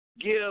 give